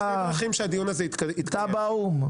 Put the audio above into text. אתה באו"ם.